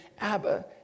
Abba